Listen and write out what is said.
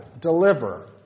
deliver